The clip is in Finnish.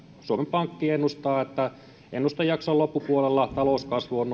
suomen pankki ennustaa että ennustejakson loppupuolella talouskasvu on